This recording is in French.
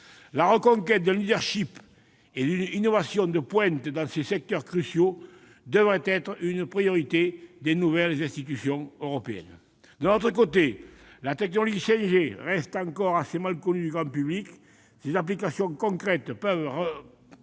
La reconquête d'un leadership et d'une innovation de pointe dans ces secteurs cruciaux devrait être une priorité des nouvelles institutions européennes. D'un autre côté, la technologie 5G reste encore assez mal connue du grand public. Ses applications concrètes peuvent